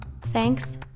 Thanks